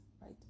right